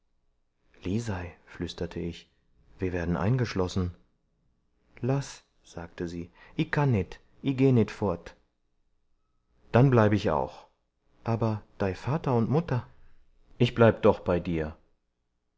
lisei flüsterte ich wir werden eingeschlossen laß sagte sie i kann nit i geh nit furt dann bleib ich auch aber dei vater und mutter ich bleib doch bei dir